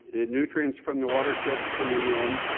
the nutrients from the watershed coming in,